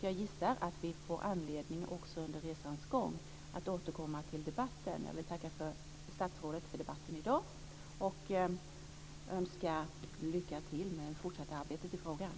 Jag gissar att vi får anledning också under resans gång att återkomma till debatten. Jag vill tacka statsrådet för debatten i dag, och önska lycka till med det fortsatta arbetet i frågan.